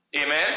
Amen